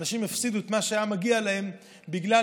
ואנשים הפסידו את מה שהיה מגיע להם בגלל